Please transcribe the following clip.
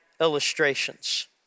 illustrations